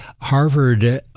Harvard